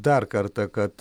dar kartą kad